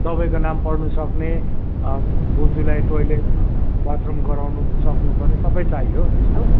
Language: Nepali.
दवाईको नाम पढ्नुसक्ने बोजूलाई टोइलेट बाथरूम गराउनु सक्नुपर्ने सबै चाहियो त्यस्तो